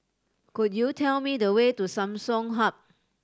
could you tell me the way to Samsung Hub